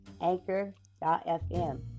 Anchor.fm